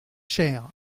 cher